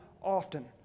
often